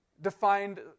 defined